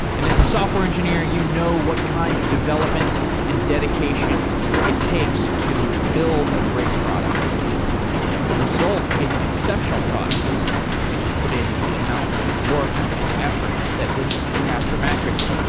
and as a software engineer, you know what kind of development and dedication it takes to build a great product the result is an exceptional product and when you put in the amount of work and effort that went into the casper mattress,